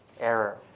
error